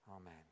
Amen